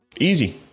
Easy